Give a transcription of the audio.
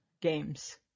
games